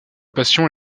passion